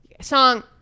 Song